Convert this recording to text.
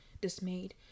dismayed